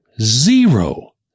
Zero